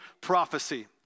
prophecy